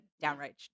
downright